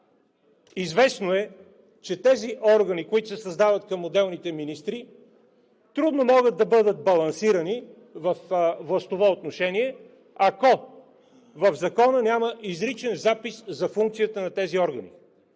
известно, че тези органи, които се създават към отделните министри, трудно могат да бъдат балансирани във властово отношение, ако в Закона няма изричен запис за функцията на тези органи.